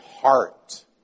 heart